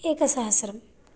एकसहस्रं